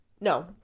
No